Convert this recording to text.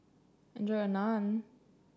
enjoy your Naan